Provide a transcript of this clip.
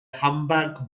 humpback